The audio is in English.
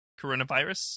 coronavirus